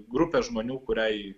grupė žmonių kuriai